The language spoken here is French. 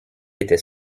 était